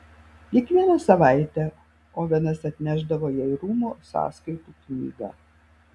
kiekvieną savaitę ovenas atnešdavo jai rūmų sąskaitų knygą